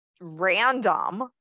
random